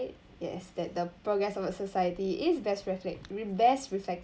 yes that the progress of a society is best reflect re~ best reflect